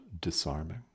disarming